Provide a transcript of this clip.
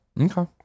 Okay